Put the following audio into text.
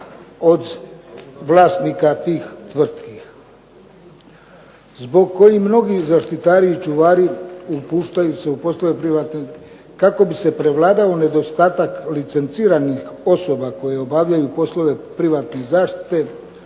od vlasnika tih tvrtki zbog kojih mnogi zaštitari i čuvari upuštaju se u poslove privatne. Kako bi se prevladao nedostatak licenciranih osoba koje obavljaju poslove privatne zaštite,